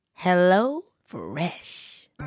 HelloFresh